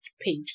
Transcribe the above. page